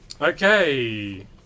Okay